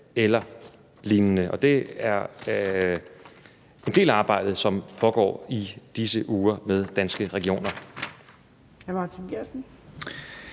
eller lignende. Og det er en del af arbejdet, som foregår i disse uger med Danske Regioner.